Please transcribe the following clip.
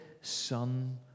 son